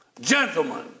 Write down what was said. gentlemen